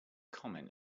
comment